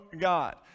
God